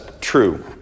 true